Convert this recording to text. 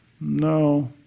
No